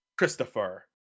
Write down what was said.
Christopher